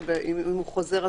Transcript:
אם הוא חוזר,